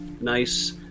nice